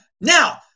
Now